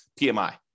PMI